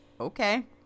Okay